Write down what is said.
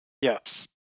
Yes